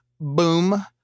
boom